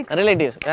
relatives